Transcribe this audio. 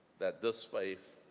that this faith